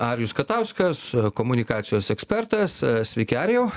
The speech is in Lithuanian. arijus katauskas komunikacijos ekspertas sveiki arijau